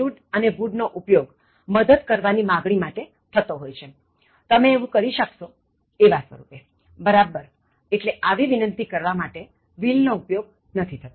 can could shall should અને would નો ઉપયોગ મદદ કરવા ની માગણી માટે થતો હોય છે તમે એવું કરી શકશો એવા સ્વરૂપે બરાબરએટ્લે આવી વિનંતિ કરવા માટે will નો ઉપયોગ નથી થતો